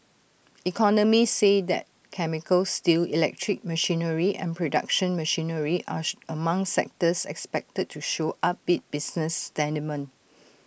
economists say that chemicals steel electric machinery and production machinery are she among sectors expected to show upbeat business sentiment